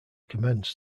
commence